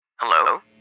Hello